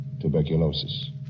tuberculosis